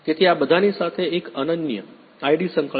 તેથી આ બધાની સાથે એક અનન્ય ID સંકળાયેલ છે